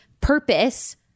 purpose